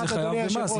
תראה,